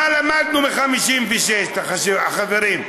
מה למדנו מ-1956, חברים?